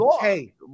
Hey